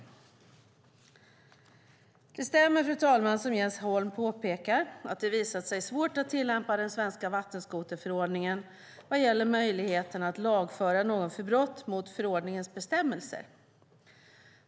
Det stämmer, fru talman, som Jens Holm påpekar att det har visat sig vara svårt att tillämpa den svenska vattenskoterförordningen vad gäller möjligheterna att lagföra någon för brott mot förordningens bestämmelser.